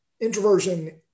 introversion